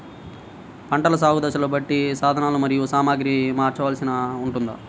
పంటల సాగు దశలను బట్టి సాధనలు మరియు సామాగ్రిని మార్చవలసి ఉంటుందా?